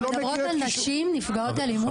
אנחנו מדברות על נשים נפגעות אלימות